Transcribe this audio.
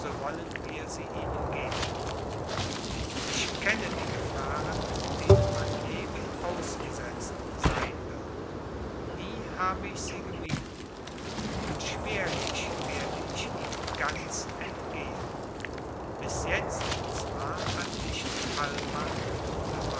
wollen wir sie ihnen geben ich kenne die gefahren denen mein leben ausgesetzt sein wird nie habe ich sie gemieden und schwerlich werde ich ihnen ganz entgehen bis jetzt zwar hat mich die allmacht